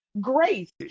grace